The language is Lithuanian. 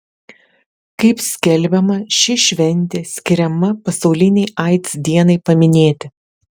kaip skelbiama ši šventė skiriama pasaulinei aids dienai paminėti